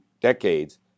decades